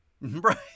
Right